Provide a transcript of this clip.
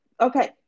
Okay